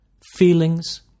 feelings